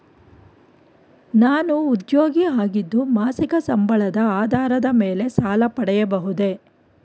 ನಾನು ಉದ್ಯೋಗಿ ಆಗಿದ್ದು ಮಾಸಿಕ ಸಂಬಳದ ಆಧಾರದ ಮೇಲೆ ಸಾಲ ಪಡೆಯಬಹುದೇ?